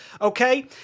Okay